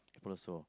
follow also